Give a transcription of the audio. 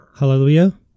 Hallelujah